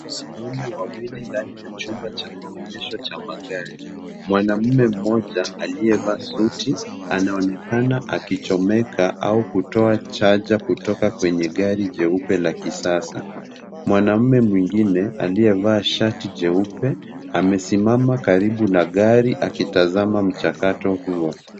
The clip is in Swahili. Wanaume wawili ndani ya chumba cha maonyesho cha magari. Mwanamume mmoja aliyevaa suti, anaonekana akichomeka au kutoa charger kutoka kwenye gari jeupe la kisasa. Mwanamume mwingine, aliyevaa shati jeupe, amesimama karibu na gari akitazama mchakato huo.